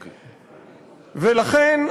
לכן,